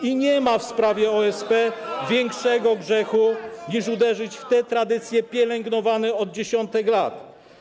I nie ma w sprawie OSP większego grzechu niż uderzyć w te tradycje pielęgnowane od dziesiątek lat.